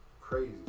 Crazy